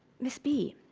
miss b,